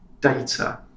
data